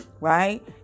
right